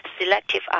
selective